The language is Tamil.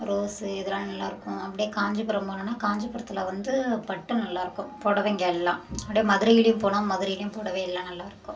ரோஸு இதலாம் நல்லாயிருக்கும் அப்டியே காஞ்சிபுரம் போனோம்னா காஞ்சிபுரத்தில் வந்து பட்டு நல்லாயிருக்கும் புடவைங்க எல்லாம் அப்டியே மதுரையிலேயும் போனால் மதுரையிலேயும் புடவையெல்லாம் நல்லாயிருக்கும்